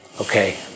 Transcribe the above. Okay